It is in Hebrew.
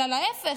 אלא להפך,